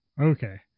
Okay